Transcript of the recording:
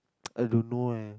I don't know eh